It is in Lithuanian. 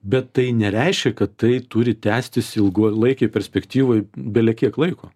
bet tai nereiškia kad tai turi tęstis ilgolaikėj perspektyvoj belekiek laiko